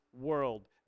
World